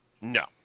No